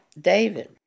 David